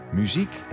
muziek